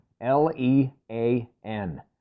L-E-A-N